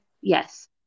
yes